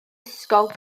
ysgol